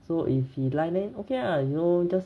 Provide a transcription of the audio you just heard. so if he lie then okay lah you know just